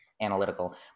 analytical